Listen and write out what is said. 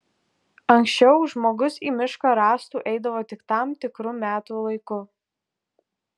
anksčiau žmogus į mišką rąstų eidavo tik tam tikru metų laiku